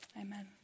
Amen